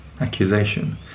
accusation